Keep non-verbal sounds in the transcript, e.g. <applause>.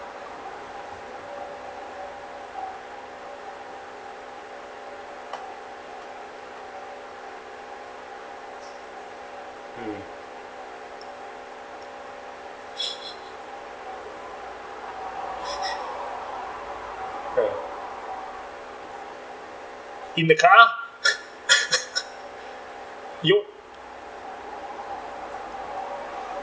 mm <laughs> <laughs> uh in the car <laughs> you